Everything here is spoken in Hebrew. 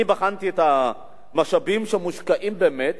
אני בחנתי את המשאבים שמושקעים באמת